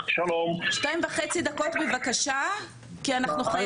שתיים וחצי דקות, בבקשה, כי אנחנו חייבות להתקדם.